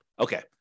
Okay